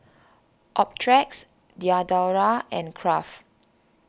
Optrex Diadora and Kraft